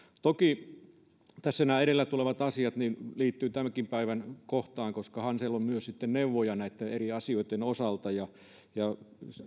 toki tässä nämä edellä tulevat asiat liittyvät tämänkin päivän kohtaan koska hansel on myös neuvoja näiden eri asioiden osalta ja ja